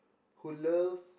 who loves